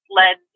led